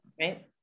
right